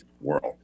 world